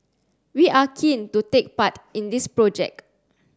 we are keen to take part in this project